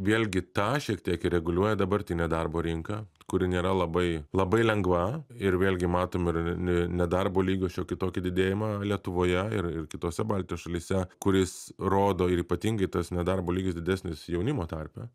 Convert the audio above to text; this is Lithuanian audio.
vėlgi tą šiek tiek ir reguliuoja dabartinė darbo rinka kuri nėra labai labai lengva ir vėlgi matom ir i nedarbo lygio šiokį tokį didėjimą lietuvoje ir ir kitose baltijos šalyse kuris rodo ir ypatingai tas nedarbo lygis didesnis jaunimo tarpe